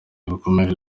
bwakomeje